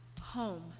home